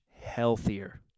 healthier